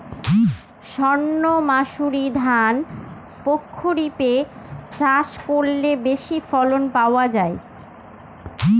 সর্ণমাসুরি ধান প্রক্ষরিপে চাষ করলে বেশি ফলন পাওয়া যায়?